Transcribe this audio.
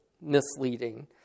misleading